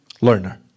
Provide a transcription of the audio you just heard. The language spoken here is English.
learner